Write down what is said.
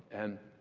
and